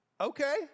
Okay